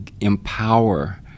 empower